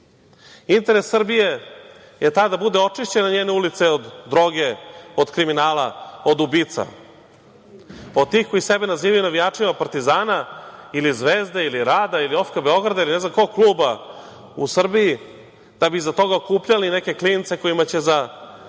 Interes Srbije je taj da budu očišćene njene ulice od droge, od kriminala, od ubica, od tih koji sebe nazivaju navijačima Partizana, ili Zvezde, ili Rada, ili OFK Beograda ili ne znam kog kluba u Srbiji, da bi iza toga okupljali neke klince, kojima će za